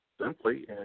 simply